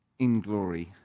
inglory